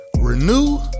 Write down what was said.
Renew